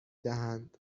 دهند